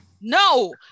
no